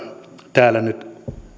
täällä nyt